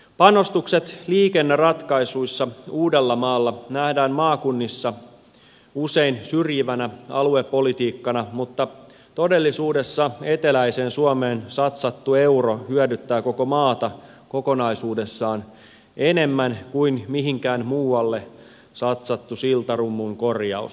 panostukset liikenneratkaisuissa uudellamaalla nähdään maakunnissa usein syrjivänä aluepolitiikkana mutta todellisuudessa eteläiseen suomeen satsattu euro hyödyttää koko maata kokonaisuudessaan enemmän kuin mihinkään muualle satsattu siltarummun korjaus